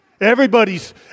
Everybody's